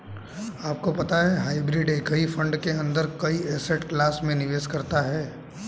आपको पता है हाइब्रिड एक ही फंड के अंदर कई एसेट क्लास में निवेश करता है?